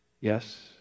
Yes